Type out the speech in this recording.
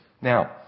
Now